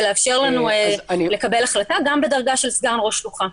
ולאפשר לנו לקבל החלטה גם בדרגה של סגן ראש שלוחה.